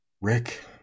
Rick